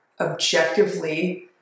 objectively